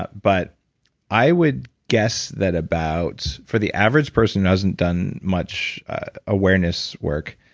but but i would guess that about for the average person who doesn't done much awareness work,